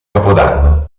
capodanno